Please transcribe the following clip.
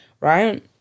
right